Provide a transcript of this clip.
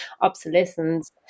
obsolescence